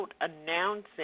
announcing